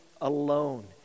alone